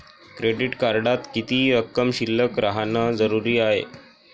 Credit कार्डात किती रक्कम शिल्लक राहानं जरुरी हाय?